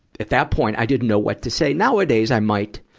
at that point, i didn't know what to say. nowadays, i might,